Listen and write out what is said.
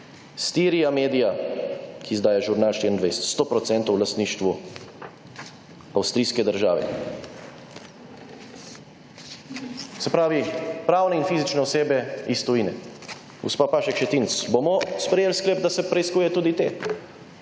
Styria Media, ki sedaj je Žurnal24, sto procentno v lastništvu avstrijske države. Se pravi, pravne in fizične osebe iz tujine. Gospa Pašek Šetinc, bomo sprejeli sklep, da se preiskuje tudi te?